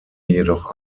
jedoch